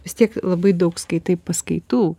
vis tiek labai daug skaitai paskaitų